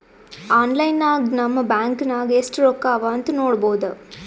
online ನಾಗ್ ನಮ್ bank ನಾಗ್ ಎಸ್ಟ್ ರೊಕ್ಕಾ ಅವಾ ಅಂತ್ ನೋಡ್ಬೋದ